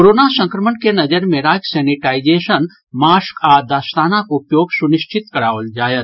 corona संक्रमण के नजरि मे राखि सैनिटाईजेशन मास्क आ दस्तानाक उपयोग सुनिश्चित कराओल जायत